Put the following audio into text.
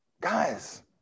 Guys